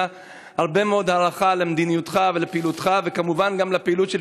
הרבה מאוד הערכה למדיניותך ולפעילותך וכמובן גם לפעילות של